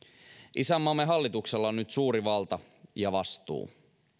isänmaamme hallituksella on nyt suuri valta ja vastuu